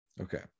Okay